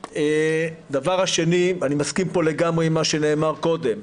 דבר שני, אני מסכים לגמרי עם מה שנאמר קודם.